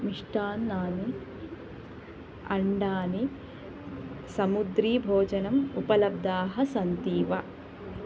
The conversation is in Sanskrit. मिष्टान्नानि अण्डानि समुद्रीभोजनम् उपलब्धाः सन्ति वा